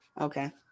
Okay